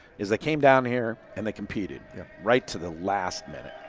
is they came down here and they competed yeah right to the last minute.